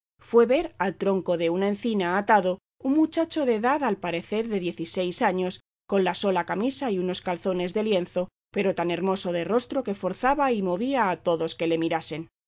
fue ver al tronco de una encina atado un muchacho de edad al parecer de diez y seis años con sola la camisa y unos calzones de lienzo pero tan hermoso de rostro que forzaba y movía a todos que le mirasen